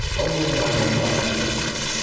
only my main router shall do that.